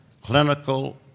clinical